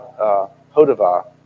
Hodavah